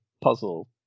puzzle